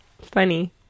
funny